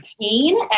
pain